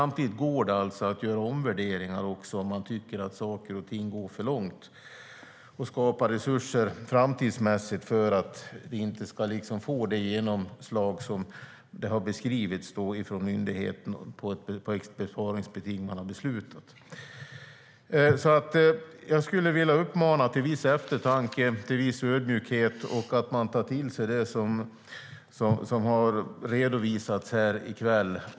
Men man kan omvärdera om man anser att saker och ting går för långt. Man kan också skapa resurser för framtiden för att ett besparingsbeting inte ska få det genomslag som det har beskrivits från myndigheten. Så jag skulle vilja uppmana till viss eftertanke, till viss ödmjukhet och att man tar till sig det som har redovisats här i kväll.